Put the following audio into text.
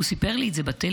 הוא סיפר לי את זה בטלפון,